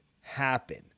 happen